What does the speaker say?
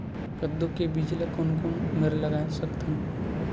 कददू के बीज ला कोन कोन मेर लगय सकथन?